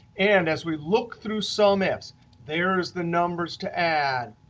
and as we look through sumifs there's the numbers to add.